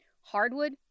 hardwood